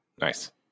Nice